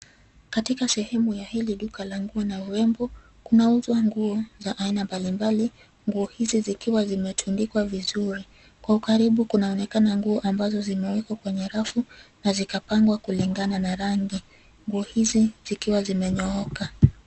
Katika sehemu ya hili duka la nguo na urembo, kunauzwa nguo za aina mbalimbali, nguo hizi zikiwa zimetundikwa vizuri. Kwa ukaribu kunaonekana nguo ambazo zimewekwa kwenye rafu na zikapangwa kulingana na rangi. Nguo hizi zikiwa zimenyooka.